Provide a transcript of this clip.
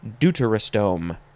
Deuterostome